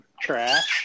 trash